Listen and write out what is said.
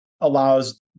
allows